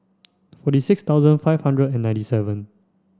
forty six thousand five hundred and ninety seven